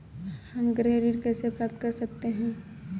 हम गृह ऋण कैसे प्राप्त कर सकते हैं?